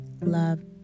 love